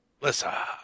Lissa